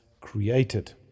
created